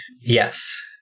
Yes